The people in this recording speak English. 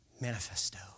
Manifesto